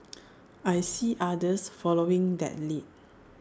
I see others following that lead